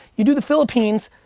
you do the philippines,